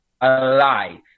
alive